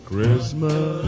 Christmas